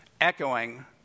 echoing